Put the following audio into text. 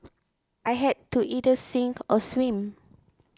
I had to either sink or swim